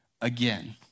again